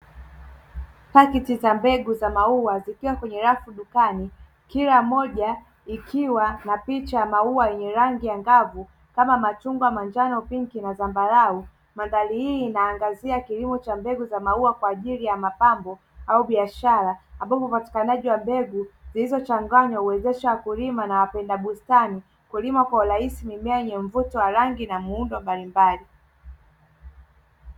Pakiti za mbegu za maua zikiwa kwenye rafu dukani kila moja ikiwa na picha ya maua yenye rangi angavu kama machungwa, manjano, pinki na zambarau. Mandhari hii inaangazia kilimo cha mbegu za maua kwa ajili ya mapambo au biashara ambapo upatikanaji wa mbegu zilizochanganywa huwezesha wakulima na wapenda bustani kulima kwa urahisi mimea yenye mvuto wa rangi na miundo mbalimbali.